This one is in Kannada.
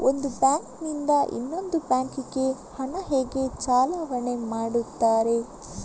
ಒಂದು ಬ್ಯಾಂಕ್ ನಿಂದ ಇನ್ನೊಂದು ಬ್ಯಾಂಕ್ ಗೆ ಹಣ ಹೇಗೆ ಚಲಾವಣೆ ಮಾಡುತ್ತಾರೆ?